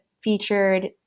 featured